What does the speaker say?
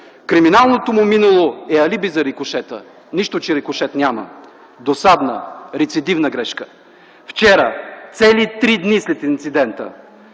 Криминалното му минало е алиби за рикошета, нищо че рикошет няма. Досадна, рецидивна грешка! Вчера, цели три дни след инцидента,